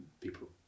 people